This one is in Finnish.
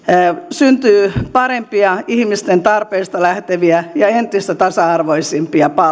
syntyy parempia ihmisten tarpeista lähteviä ja entistä tasa arvoisempia palveluita